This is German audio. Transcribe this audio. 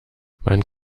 man